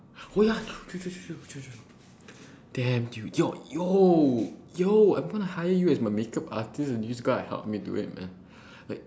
oh ya true true true true true true damn dude yo yo I'm going to hire you as my make up artist and you're just gonna help me do it man like